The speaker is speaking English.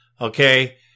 okay